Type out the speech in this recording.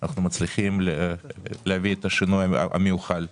אנחנו מצליחים להביא את השינוי המיוחל.